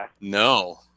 No